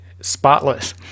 spotless